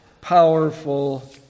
powerful